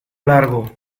largo